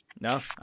no